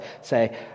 Say